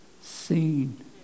seen